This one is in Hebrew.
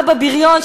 אבא בריון,